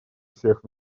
всех